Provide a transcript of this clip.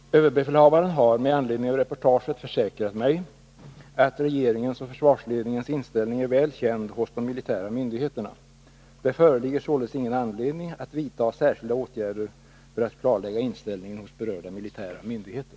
Överbefälhavaren har med anledning av reportaget försäkrat mig att regeringens och försvarsledningens inställning är väl känd hos de militära myndigheterna. Det föreligger således ingen anledning att vidta särskilda åtgärder för att klarlägga inställningen hos berörda militära myndigheter.